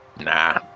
nah